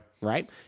Right